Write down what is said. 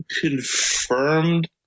confirmed